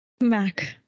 Mac